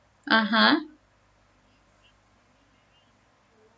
(uh huh)